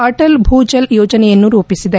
ಅಟಲ್ ಭೂಜಲ್ ಯೋಜನೆಯನ್ನು ರೂಪಿಸಿದೆ